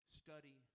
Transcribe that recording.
study